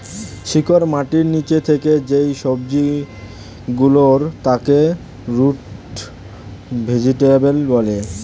শিকড় মাটির নিচে থাকে যেই সবজি গুলোর তাকে রুট ভেজিটেবল বলে